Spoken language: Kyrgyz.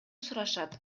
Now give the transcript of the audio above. сурашат